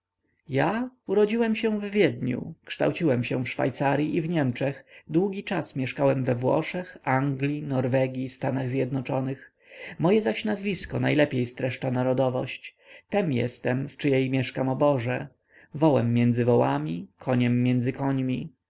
ja urodziłem się w wiedniu kształciłem się w szwajcaryi i w niemczech długi czas mieszkałem we włoszech anglii norwegii stanach zjednoczonych moje zaś nazwisko najlepiej streszcza narodowość tem jestem w czyjej mieszkam oborze wołem między wołami koniem między końmi